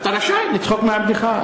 אתה רשאי לצחוק מהבדיחה,